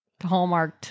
Hallmarked